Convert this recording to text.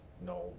no